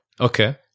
Okay